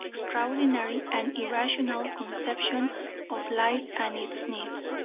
extraordinary, and irrational conception of life and its needs